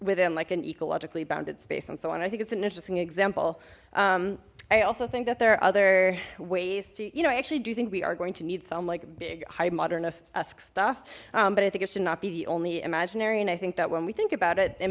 within like an ecologically bounded space and so on i think it's an interesting example i also think that there are other ways to you know i actually do you think we are going to need some like big high modernist esque stuff but i think it should not be the only imaginary and i think that when we think about it and